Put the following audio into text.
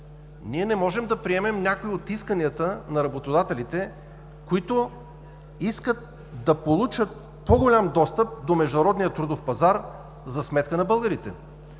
Ние не можем да приемем някои от исканията на работодателите, които искат да получат по-голям достъп до международния трудов пазар за сметка на българите.